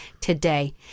today